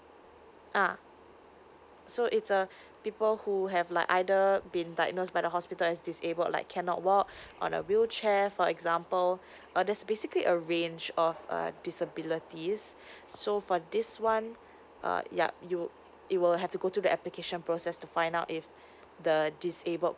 uh so it's err people who have like either been diagnosed by the hospital as disabled like cannot walk on a wheelchair for example uh that's basically a range of uh disabilities so for this one uh yup you it will have to go to the application process to find out if the disabled